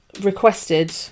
requested